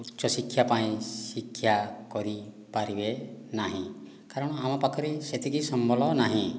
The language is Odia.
ଉଚ୍ଚ ଶିକ୍ଷା ପାଇଁ ଶିକ୍ଷା କରିପାରିବେ ନାହିଁ କାରଣ ଆମ ପାଖରେ ସେତିକି ସମ୍ବଳ ନାହିଁ